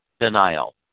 denial